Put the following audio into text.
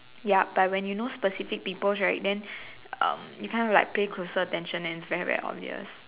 yup but when you know specific people right then um you kind of like pay closer attention and it's very very obvious